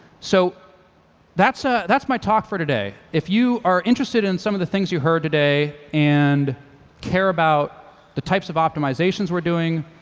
so that's ah that's my talk for today. if you are interested in some of the things you heard today, and care about the types of optimizations we're doing,